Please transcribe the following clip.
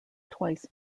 twice